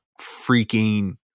freaking